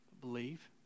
Believe